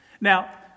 Now